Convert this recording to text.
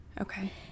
Okay